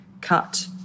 cut